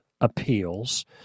appeals